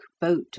boat